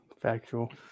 Factual